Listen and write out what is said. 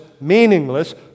meaningless